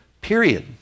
Period